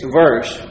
verse